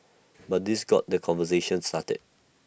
but this got the conversation started